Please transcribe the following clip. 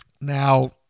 Now